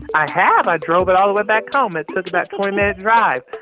i have. i drove it all the way back home. it took about a twenty minute drive.